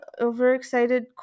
overexcited